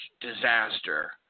disaster